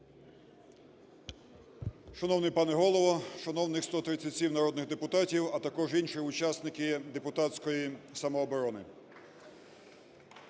Шановний пане Голово, шановні 137 народних депутатів, а також інші учасники депутатської самооборони!